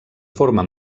forma